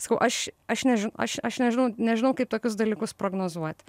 sakau aš aš neži aš aš nežinau nežinau kaip tokius dalykus prognozuot